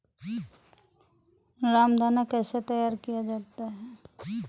रामदाना कैसे तैयार किया जाता है?